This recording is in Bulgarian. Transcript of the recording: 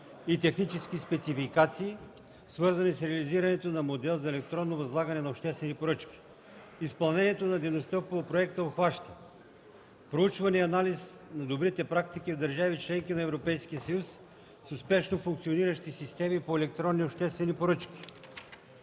и технически спецификации, свързани с реализирането на модел за електронно възлагане на обществени поръчки. Изпълнението на дейностите по проекта обхваща: - проучване и анализ на добрите практики в държави – членки на Европейския съюз, с успешно функциониращи системи за електронни обществени поръчки;